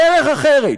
דרך אחרת.